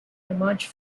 emerge